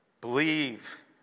Believe